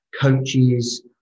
coaches